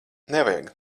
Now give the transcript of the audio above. nevajag